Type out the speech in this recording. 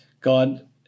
God